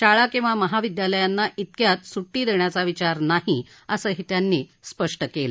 शाळा किंवा महाविद्यालयांना तिक्यात सुट्टी देण्याचा विचार नाही असंही त्यांनी स्पष्ट केलं